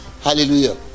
hallelujah